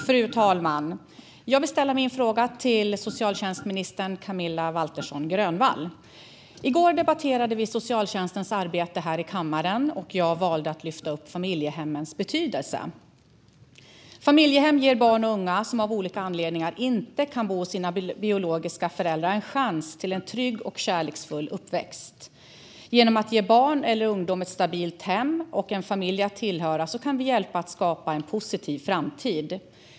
Fru talman! Jag vill ställa min fråga till socialtjänstminister Camilla Waltersson Grönvall. I går debatterade kammaren socialtjänstens arbete, och jag valde att lyfta upp familjehemmens betydelse. Familjehem ger barn och unga som av olika anledningar inte kan bo hos sina biologiska föräldrar en chans till en trygg och kärleksfull uppväxt. Genom att ge barn och ungdomar ett stabilt hem och en familj att tillhöra kan vi hjälpa till att skapa en positiv framtid.